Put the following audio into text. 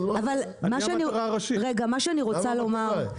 אבל מה שאני רגע מה שאני רוצה לומר,